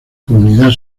comunidad